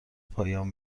پایان